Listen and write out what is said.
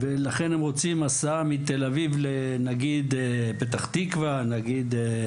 ולכן הם רוצים הסעה מתל אביב לפתח תקווה או לרמת גן,